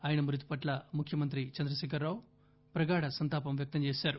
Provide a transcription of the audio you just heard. ఆయన మృతి పట్ల ముఖ్యమంత్రి చంద్రశేఖర్ రావు ప్రగాఢ సంతాపం వ్యక్తం చేశారు